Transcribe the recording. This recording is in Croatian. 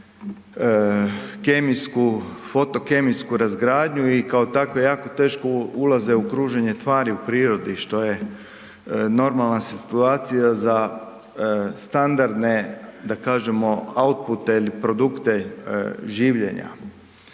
biološko-kemijsku, foto kemijsku razgradnju i kao takve je jako teško ulaze u kruženje tvari u prirodi što je normalna situacija za standardne da kažemo autpute i produkte življenja